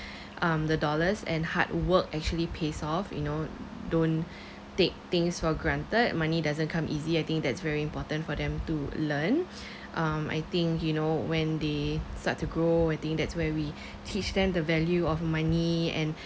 um the dollars and hard work actually pays off you know don't take things for granted money doesn't come easy I think that's very important for them to learn um I think you know when they start to grow I think that's where we teach them the value of money and